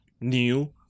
new